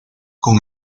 con